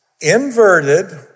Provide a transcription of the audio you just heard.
inverted